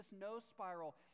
no-spiral